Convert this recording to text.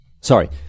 Sorry